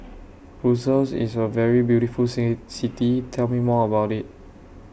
Brussels IS A very beautiful See City Please Tell Me More about IT